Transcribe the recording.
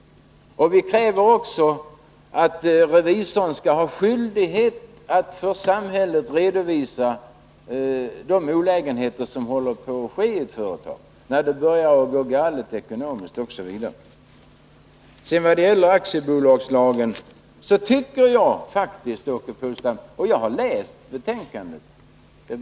Vi kräver också att revisorerna skall ha skyldighet att för samhället redovisa vad som håller på att ske i ett företag, när det börjar gå galet ekonomiskt osv. Åke Polstam behöver inte tvivla på att jag har läst betänkandet.